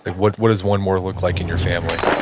but what what does one more look like in your family?